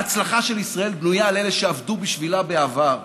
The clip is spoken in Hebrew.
ההצלחה של ישראל בנויה על אלה שעבדו בשבילה בעבר,